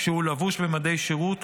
כשהוא לבוש במדי שירות,